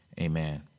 amen